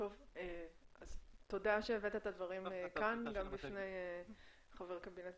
תודה שהבאת את הדברים כאן גם בפני חבר קבינט